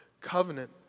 covenant